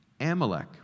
Amalek